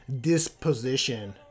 disposition